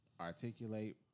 articulate